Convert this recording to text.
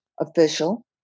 official